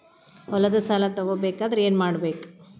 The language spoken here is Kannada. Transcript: ಹೊಲದ ಸಾಲ ತಗೋಬೇಕಾದ್ರೆ ಏನ್ಮಾಡಬೇಕು?